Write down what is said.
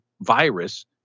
virus